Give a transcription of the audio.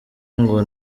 ngo